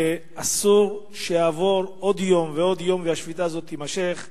ואסור שיעבור עוד יום ועוד יום והשביתה הזאת תימשך.